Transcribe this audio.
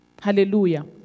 Hallelujah